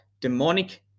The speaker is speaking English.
demonic